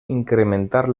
incrementar